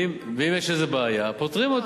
ואם יש איזו בעיה פותרים אותה,